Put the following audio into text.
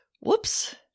whoops